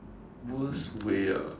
worst way ah